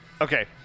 Okay